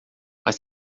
mas